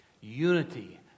unity